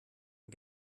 man